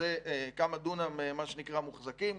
וכמה דונמים מוחזקים,